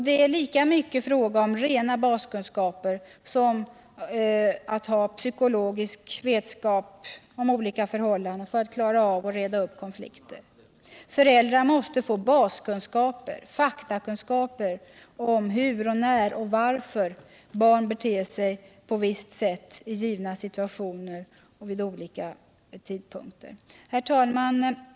Det är lika mycket fråga om rena baskunskaper som om att ha psykologisk vetskap om olika förhållanden för att reda upp konflikter. Föräldrar måste få baskunskaper och faktakunskaper om hur och när och varför barn beter sig på visst sätt i givna situationer och vid olika tidpunkter. Herr talman!